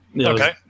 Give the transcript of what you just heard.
Okay